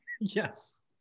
yes